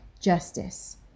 justice